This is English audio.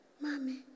Mommy